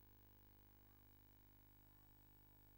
לפעמים, או